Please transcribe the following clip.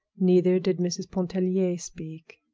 neither did mrs. pontellier speak.